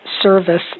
service